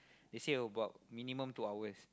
they say about minimum two hours